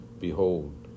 Behold